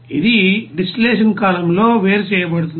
ఇది డిస్టిల్లషన్ కాలమ్లో వేరు చేయబడుతుంది